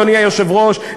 אדוני היושב-ראש,